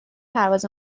پرواز